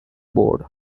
board